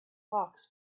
hawks